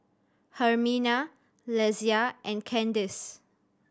Hermina Lesia and Candace